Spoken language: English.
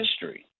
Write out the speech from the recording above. history